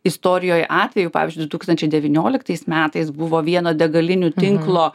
istorijoj atvejų pavyzdžiui du tūkstančiai devynioliktais metais buvo vieno degalinių tinklo